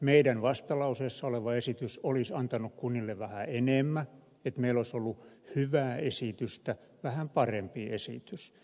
meidän vastalauseessamme oleva esitys olisi antanut kunnille vähän enemmän että meillä olisi ollut hyvää esitystä vähän parempi esitys